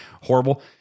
horrible